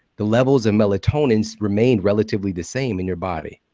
the levels in melatonin remained relatively the same in your body,